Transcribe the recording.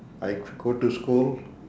I go to school